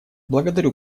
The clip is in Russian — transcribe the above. благодарю